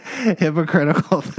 hypocritical